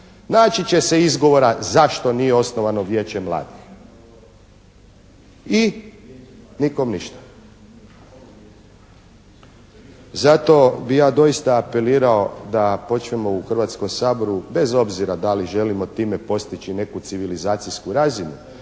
naći će se izgovora zašto nije osnovano Vijeće mladih i nikom ništa. Zato bi ja doista apelirao da počnemo u Hrvatskom saboru bez obzira da li želimo time postići neku civilizacijsku razinu